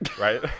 right